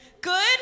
Good